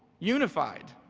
unified,